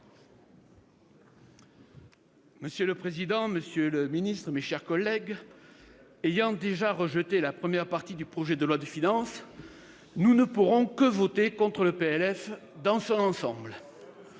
Monsieur le président, monsieur le secrétaire d'État, mes chers collègues, ayant déjà rejeté la première partie du projet de loi de finances, nous ne pourrons que voter contre le PLF dans son ensemble.